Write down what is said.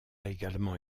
également